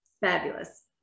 Fabulous